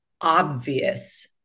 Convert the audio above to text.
obvious